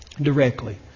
directly